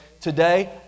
Today